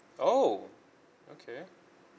oh okay